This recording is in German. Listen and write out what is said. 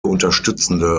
unterstützende